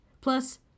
Plus